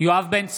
יואב בן צור,